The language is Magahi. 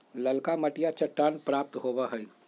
ललका मटिया चट्टान प्राप्त होबा हई